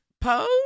pose